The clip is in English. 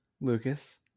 Lucas